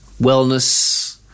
wellness